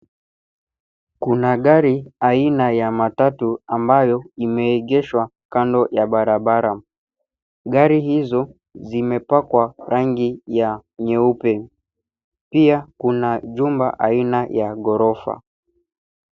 Kuna gari aina ya matatu ambayo imeegeshwa kadno ya barabara. Gari hizo zimepakwa rangi ya nyeupe. Pia kuna jumba aina ya ghorofa.